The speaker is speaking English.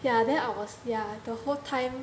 ya then I was yeah the whole time